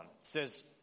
says